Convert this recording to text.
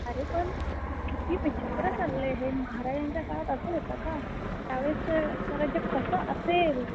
अरे पण किती विचित्र चाललं आहे हे महाराजांच्या काळात असं होतं का त्यावेळचं स्वराज्य कसं असेल